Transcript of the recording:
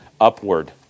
upward